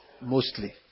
mostly